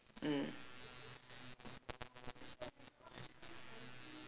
mm